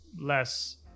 less